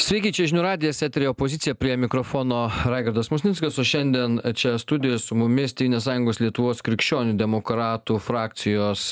sveiki čia žinių radijas eteryje opozicija prie mikrofono raigardas musnickas o šiandien čia studijoj su mumis tėvynės sąjungos lietuvos krikščionių demokratų frakcijos